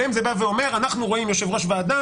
עליהם זה בא ואומר: אנחנו רואים יושב-ראש ועדה